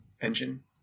engine